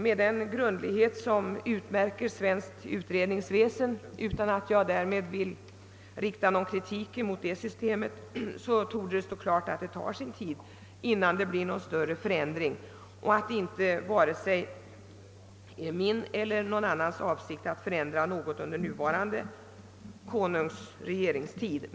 Med den grundlighet som utmärker svenskt utredningsväsende — och därmed riktar jag inte någon kritik mot systemet — torde det stå klart att det tar sin tid innan det blir någon större förändring. Det är inte vare sig min eller någon annans avsikt att ändra på något under den nuvarande kungens regeringstid.